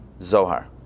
Zohar